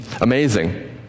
amazing